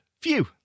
Phew